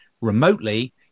remotely